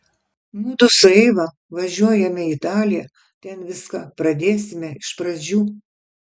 mudu su eiva važiuojame į italiją ten viską pradėsime iš pradžių